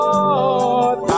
Lord